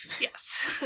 Yes